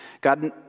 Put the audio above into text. God